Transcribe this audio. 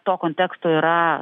to konteksto yra